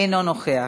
אינו נוכח.